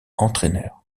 entraîneur